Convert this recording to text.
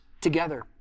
together